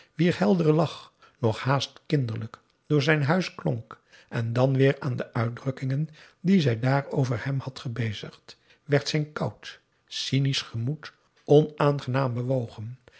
wier heldere lach nog haast kinderlijk door zijn huis klonk en dan weer aan de uitdrukkingen die zij daar over hem had gebezigd werd zijn koud cynisch gemoed onaangenaam bewogen